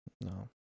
no